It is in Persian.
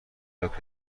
برات